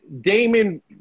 Damon